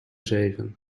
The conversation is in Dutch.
zeven